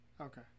Okay